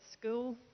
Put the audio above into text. school